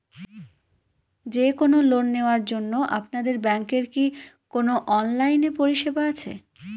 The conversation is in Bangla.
যে কোন লোন নেওয়ার জন্য আপনাদের ব্যাঙ্কের কি কোন অনলাইনে পরিষেবা আছে?